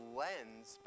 lens